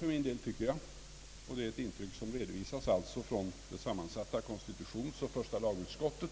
För min del tycker jag — och det är ett intryck som alltså redovisas från sammansatta konstitutionsoch första lagutskottet